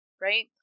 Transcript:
right